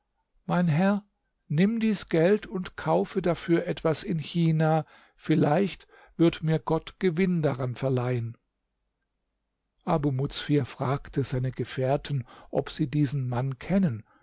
mein herr nimm dies geld und kaufe dafür etwas in china vielleicht wird mir gott gewinn daran verleihen abu muzfir fragte seine gefährten ob sie diesen mann kennen